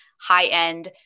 high-end